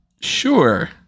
Sure